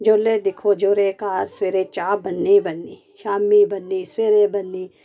जेल्लै दिक्खो जेह्दे घर सवेरे चाह् बननी बननी शामीं बननी सवेरे बननी